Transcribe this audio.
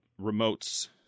remotes